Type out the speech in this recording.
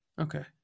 Okay